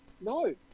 No